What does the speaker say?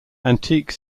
antique